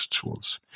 tools